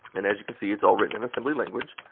and as you can see, it's all written in assembly language.